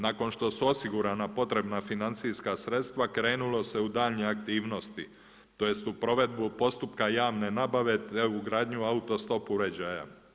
Nakon što su osigurana potrebna financijska sredstva krenulo se u daljnje aktivnosti, tj. u provedbu postupka javne nabave, te ugradnju auto stop uređaja.